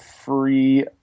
free